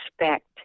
respect